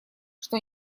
что